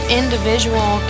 individual